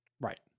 right